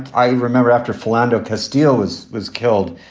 i remember after philander castella's was killed,